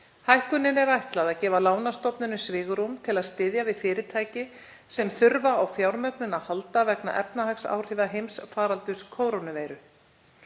Hækkuninni er ætlað að gefa lánastofnunum svigrúm til að styðja við fyrirtæki sem þurfa á fjármögnun að halda vegna efnahagsáhrifa heimsfaraldurs kórónuveiru.